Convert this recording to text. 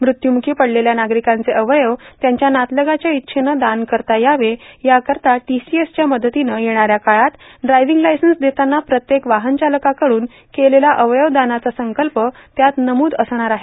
मृत्युमुखी पडलेल्या नागरिकांचे अवयव त्यांच्या नातलगाच्या इच्छेने दान करता यावे याकरीता दीसीएसच्या मदतीनं येणाऱ्या काळात ड्रायविंग लाईसेन्स देतांना प्रत्येक वाहनचालकांकडून केलेला अवयव दानाचा संकल्प त्यात नमुद असणार आहे